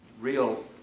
real